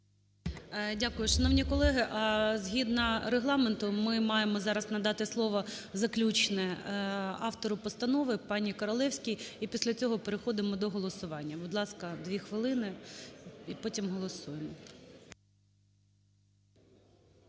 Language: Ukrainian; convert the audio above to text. Дякую. Шановні колеги, згідно Регламенту ми маємо зараз надати слово, заключне автору постанови пані Королевській. І після цього переходимо до голосування. Будь ласка, 2 хвилини. І потім голосуємо.